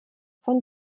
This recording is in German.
von